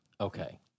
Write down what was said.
okay